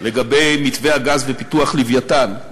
לגבי מתווה הגז ופיתוח "לווייתן".